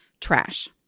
trash